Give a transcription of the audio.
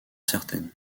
certaine